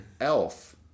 Elf